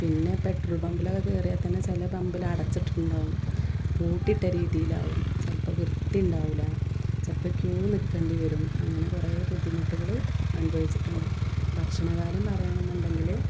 പിന്നെ പെട്രോൾ പമ്പിൽ ഒക്കെ കയറിയാൽ തന്നെ ചില പമ്പിൽ അടച്ചിട്ടുണ്ടാകും പൂട്ടിയിട്ട രീതിയിലാകും ചിലപ്പോൾ വൃത്തി ഉണ്ടാകില്ല ചിലപ്പോൾ ക്യൂ നിൽക്കേണ്ടിവരും അങ്ങനെ കുറെ ബുദ്ധിമുട്ടുകൾ അനുഭവിച്ചിട്ടുണ്ട് ഭക്ഷണകാര്യം പറയണമെന്നുണ്ടെങ്കിൽ